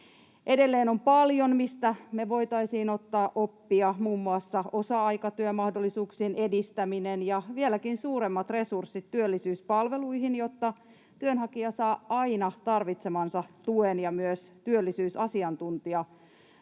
Edelleen on paljon, mistä me voitaisiin ottaa oppia, muun muassa osa-aikatyömahdollisuuksien edistäminen ja vieläkin suuremmat resurssit työllisyyspalveluihin, jotta työnhakija saa aina tarvitsemansa tuen ja myös työllisyysasiantuntijan